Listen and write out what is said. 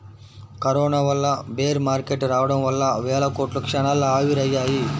corona వల్ల bear market రావడం వల్ల వేల కోట్లు క్షణాల్లో ఆవిరయ్యాయి